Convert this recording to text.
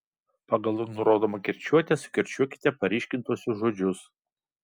pagal nurodomą kirčiuotę sukirčiuokite paryškintuosius žodžius